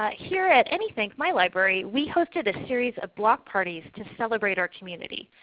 ah here at anythink, my library, we hosted a series of block parties to celebrate our community.